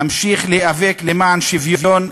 אמשיך להיאבק למען שוויון,